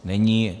Není.